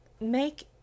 make